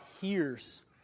hears